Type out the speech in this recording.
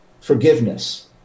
Forgiveness